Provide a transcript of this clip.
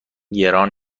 گران